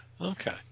Okay